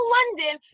London